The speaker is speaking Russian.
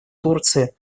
турции